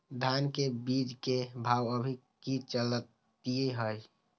धान के बीज के भाव अभी की चलतई हई?